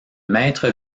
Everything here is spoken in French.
maître